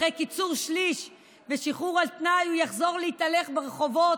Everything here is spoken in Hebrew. אחרי קיצור שליש ושחרור על תנאי הוא יחזור להתהלך ברחובות,